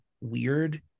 weird